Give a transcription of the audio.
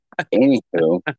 Anywho